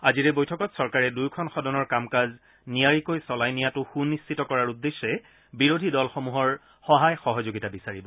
আজিৰ এই বৈঠকত চৰকাৰে দুয়োখন সদনৰ কাম কাজ নিয়াৰিকৈ চলাই নিয়াটো সুনিশ্চিত কৰাৰ উদ্দেশ্যে বিৰোধী দলসমূহৰ সহায় সহযোগিতা বিচাৰিব